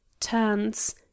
turns